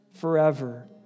forever